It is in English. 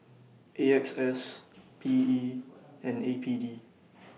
A X S P E and A P D